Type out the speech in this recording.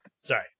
Sorry